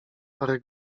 parę